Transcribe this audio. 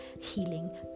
healing